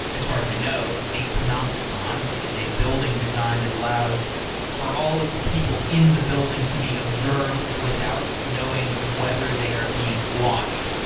as far as i know, the panopticon, which is a building design that allows for all of the people in the building to be observed without knowing whether they are being watched.